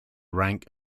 rank